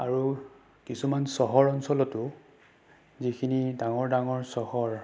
আৰু কিছুমান চহৰ অঞ্চলতো যিখিনি ডাঙৰ ডাঙৰ চহৰ